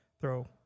throw